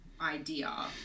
idea